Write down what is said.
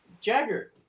Jagger